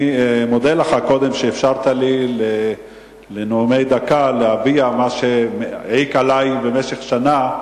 אני מודה לך שאפשרת לי בנאומי דקה להביע מה שהעיק עלי במשך שנה.